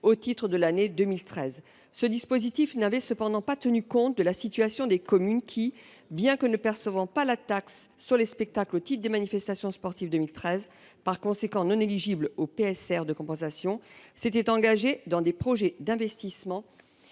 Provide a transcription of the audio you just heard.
au titre de l’année 2013. Ce dispositif ne tenait cependant pas compte de la situation des communes qui, bien que ne percevant pas la taxe sur les spectacles au titre des manifestations sportives en 2013, et qui n’étaient donc pas éligibles au prélèvement sur recettes (PSR) de compensation, s’étaient engagées dans des projets d’investissement